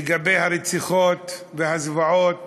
לגבי הרציחות והזוועות